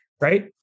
right